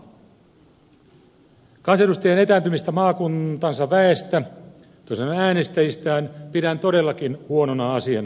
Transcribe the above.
kansanedustajien etääntymistä maakuntansa väestä toisin sanoen äänestäjistään pidän todellakin huonona asiana